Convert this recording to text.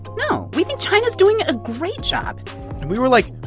no, we think china is doing a great job and we were like,